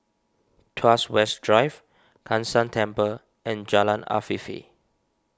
Tuas West Drive Kai San Temple and Jalan Afifi